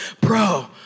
bro